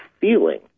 feeling